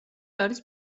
არის